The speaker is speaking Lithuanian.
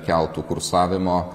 keltų kursavimo